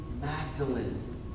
Magdalene